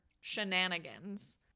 shenanigans